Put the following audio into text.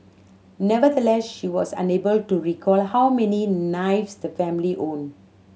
nevertheless she was unable to recall how many knives the family owned